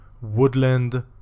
woodland